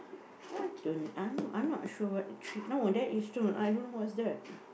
I don't I'm I'm not sure what tree no that is I don't know what's that